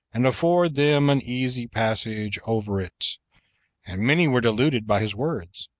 and afford them an easy passage over it and many were deluded by his words.